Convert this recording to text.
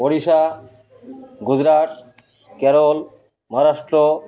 Odisha Gujarat Kerala Maharashtra